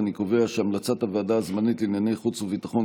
המלצת הוועדה הזמנית לענייני חוץ וביטחון